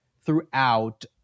throughout